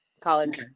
College